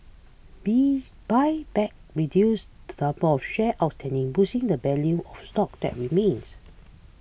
be buybacks reduce the number of shares outstanding boosting the value of stock that remains